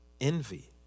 envy